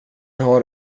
har